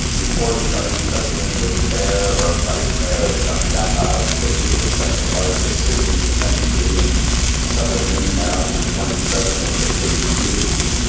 before becoming president was mayor or vice mayor of davao city, the second largest city in the country in southern mindanao, for twenty seven of the thirty years.